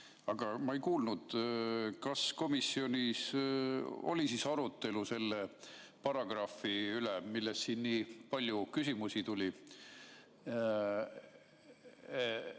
Aga ma ei kuulnud, kas komisjonis oli arutelu selle paragrahvi üle, mille kohta siin nii palju küsimusi tuli.